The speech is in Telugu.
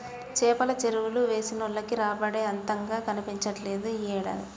చేపల చెరువులు వేసినోళ్లకి రాబడేమీ అంతగా కనిపించట్లేదు యీ ఏడాది